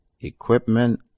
equipment